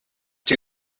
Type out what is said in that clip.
two